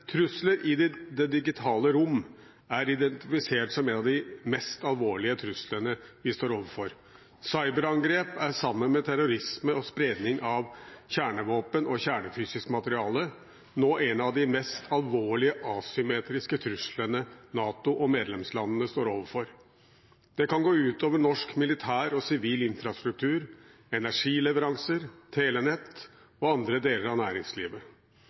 Trusler i det digitale rom er identifisert som en av de mest alvorlige truslene vi står overfor. Cyberangrep er sammen med terrorisme og spredning av kjernevåpen og kjernefysisk materiale nå en av de mest alvorlige asymmetriske truslene NATO og medlemslandene står overfor. Det kan gå ut over norsk militær og sivil infrastruktur, energileveranser, telenett og andre deler av næringslivet.